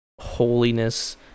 holiness